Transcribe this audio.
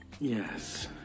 Yes